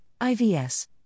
IVS